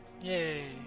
Yay